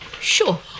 Sure